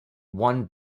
one